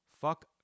fuck